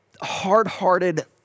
hard-hearted